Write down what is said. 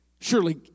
Surely